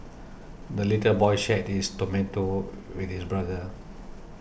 the little boy shared his tomato with his brother